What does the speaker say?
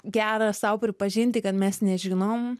gera sau pripažinti kad mes nežinom